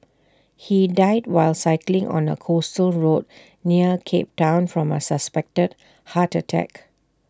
he died while cycling on A coastal road near cape Town from A suspected heart attack